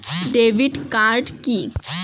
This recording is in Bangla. Debit card key?